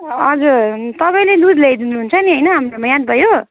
हजुर तपाईँले दुध ल्याइदिनु हुन्छ नि होइन हाम्रोमा याद भयो